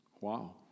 wow